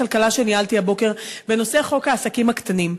הכלכלה שניהלתי הבוקר בנושא חוק העסקים הקטנים.